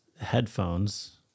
headphones